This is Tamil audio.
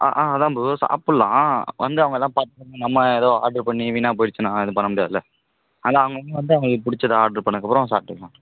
ஆ அதுதான் ப்ரோ சாப்பிட்லாம் வந்து அவங்கலாம் பார்த்துதான் நம்ம ஏதோ ஆட்ரு பண்ணி வீணாக போயிடுச்சுனால் எதுவும் பண்ண முடியாதுல்ல அதனால அவுங்க வந்து அவங்களுக்கு பிடிச்சத ஆட்ரு பண்ணதுக்கப்புறம் சாப்ட்டுக்கலாம்